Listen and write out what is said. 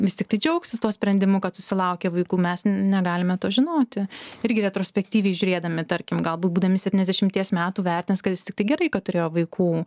vis tiktai džiaugsis tuo sprendimu kad susilaukę vaikų mes negalime to žinoti irgi retrospektyviai žiūrėdami tarkim galbūt būdami septyniasdešimties metų vertins kad vis tiktai gerai kad turėjo vaikų